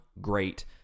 great